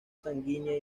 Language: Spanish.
sanguínea